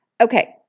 Okay